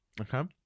okay